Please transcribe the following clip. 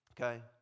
Okay